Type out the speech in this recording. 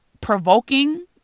provoking